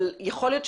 אבל יכול להיות,